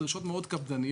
דרישות מאוד קפדניות,